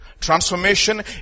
Transformation